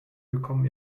bekommen